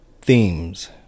Themes